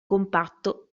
compatto